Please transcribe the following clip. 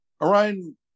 Orion